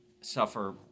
suffer